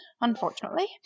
unfortunately